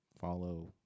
follow